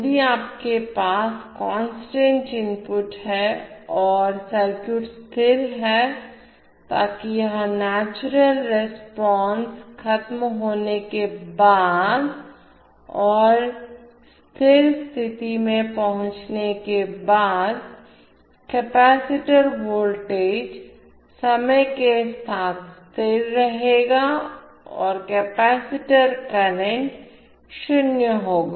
यदि आपके पास कांस्टेंट इनपुट हैं और सर्किट स्थिर है ताकि यह नेचुरल रिस्पांस ख़त्म होने के बाद और स्थिर स्थिति में पहुंचने के बाद कपैसिटर वोल्टेज समय के साथ स्थिर रहेगा और कपैसिटर करंट 0 होगा